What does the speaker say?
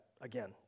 Again